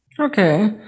Okay